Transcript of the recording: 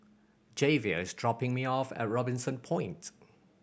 Javier is dropping me off at Robinson Point